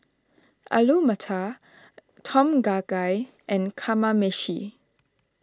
Alu Matar Tom Kha Gai and Kamameshi